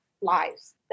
lives